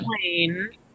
plane